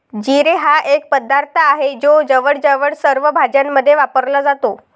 जिरे हा एक पदार्थ आहे जो जवळजवळ सर्व भाज्यांमध्ये वापरला जातो